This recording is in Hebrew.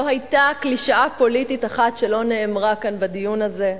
לא היתה קלישאה פוליטית אחת שלא נאמרה כאן בדיון הזה.